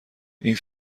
این